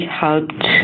helped